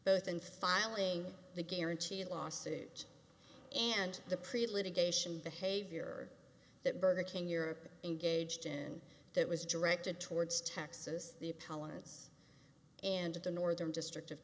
both in filing the guarantee lawsuit and the pre litigation behavior that burger king europe engaged and that was directed towards texas the opponents and the northern district of